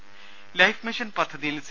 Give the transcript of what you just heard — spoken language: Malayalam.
രുമ ലൈഫ് മിഷൻ പദ്ധതിയിൽ സി